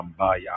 Ambaya